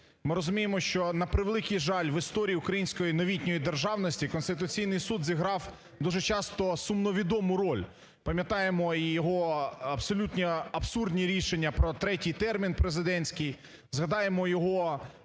Ми розуміємо, що на превеликий жаль в історії української новітньої державності Конституційний Суд зіграв дуже часто сумновідому роль. Пам'ятаємо його абсолютно абсурдні рішення про третій термін президентський, згадаємо його